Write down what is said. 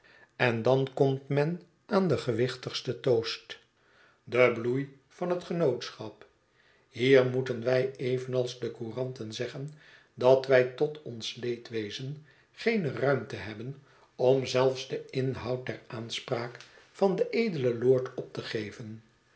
en dan komt men aan den gewichtigsten toast de bloei van het genootschap hier moeten wij evenals de couranten zeggen dat wij tot ons leedwezen geene ruimte hebben om zelfs den inhoud der aanspraak van den edelen lord op te geven